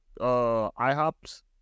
IHOP's